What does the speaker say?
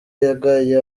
yagaye